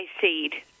seed